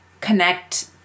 connect